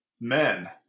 men